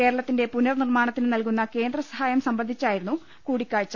കേരളത്തിന്റെ പുനർ നിർമാണത്തിന് നൽകുന്ന കേന്ദ്രസഹായം സംബന്ധിച്ചായിരുന്നു കൂടിക്കാഴ്ച